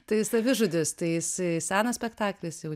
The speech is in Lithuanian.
tai savižudis tai jisai senas spektaklis jau